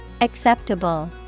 Acceptable